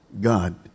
God